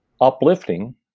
uplifting